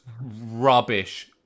rubbish